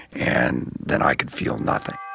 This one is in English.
and then, i could feel nothing